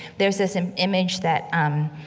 there's this and image that, um,